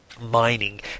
mining